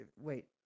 Wait